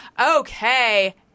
Okay